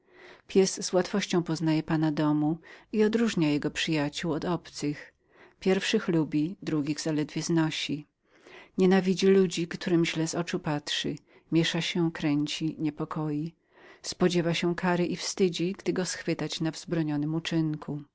pies z łatwością poznaje pana domu jego przyjacioł lub obojętnych pierwszych lubi drugich zaledwo znosi nienawidzi ludzi którym źle z oczu patrzy miesza się kręci obawia spodziewa się i wstydzi gdy go schwytają na wzbronionym uczynku